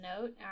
note